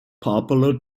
popular